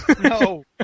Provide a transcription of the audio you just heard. No